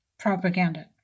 Propaganda